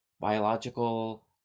biological